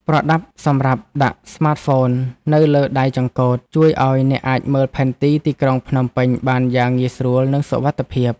ប្រដាប់សម្រាប់ដាក់ស្មាតហ្វូននៅលើដៃចង្កូត ជួយឱ្យអ្នកអាចមើលផែនទីទីក្រុងភ្នំពេញបានយ៉ាងងាយស្រួល និងសុវត្ថិភាព។